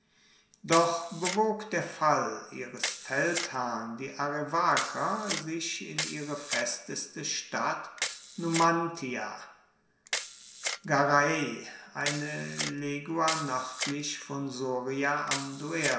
doch bewog der fall ihres feldherrn die arevaker sich in ihre festeste stadt numantia garray eine legua nördlich von